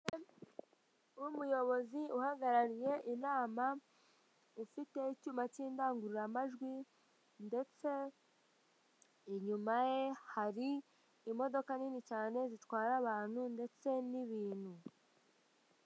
Umugore w'umuyobozi uhagarariye inama ufite icyuma k'indangururamajwi ndetse inyuma ye hari imodoka nini cyane zitwara abantu ndetse n'ibintu.